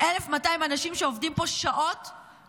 1,200 אנשים שעובדים פה שעות-לא-שעות.